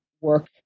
work